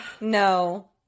No